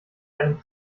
einem